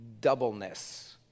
doubleness